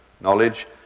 knowledge